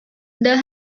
there